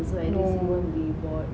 no